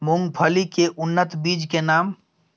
मूंगफली के उन्नत बीज के नाम?